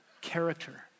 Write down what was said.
character